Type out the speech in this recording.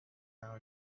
now